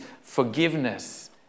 forgiveness